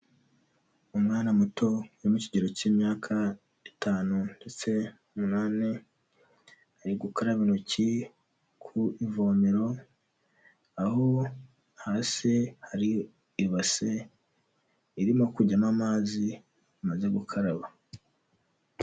Umwana muto, uri mu kigero cy'imyaka itanu, ndetse n'umunani, ari gukaraba intoki ku ivomero, aho hasi hari ibase irimo kujyamo amazi amaze gukaraba.